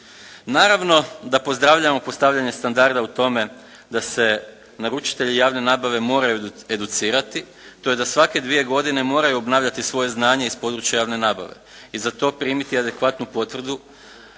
Naravno da pozdravljamo postavljanje standarda u tome da se naručitelji javne nabave moraju educirati tj. da svake dvije godine moraju obnavljati svoje znanje iz područja javne nabave i za to primiti adekvatnu potvrdu